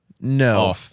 No